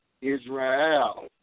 Israel